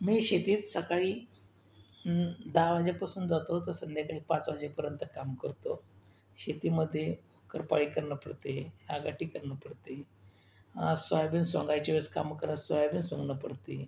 मी शेतीत सकाळी दहा वाजेपासून जातो ते संध्याकाळी पाच वाजेपर्यंत काम करतो शेतीमध्ये खुरपाळी करणं पडतंय आगाटी करणं पडतंय सोयाबीन सोंगायच्या वेळेस कामं करत सोयाबीन सोंगणं पडतंय